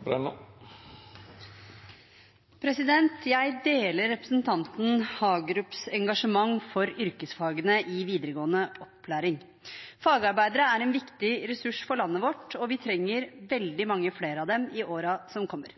startet. Jeg deler representanten Hagerups engasjement for yrkesfagene i videregående opplæring. Fagarbeidere er en viktig ressurs for landet vårt, og vi trenger veldig mange flere av dem i årene som kommer.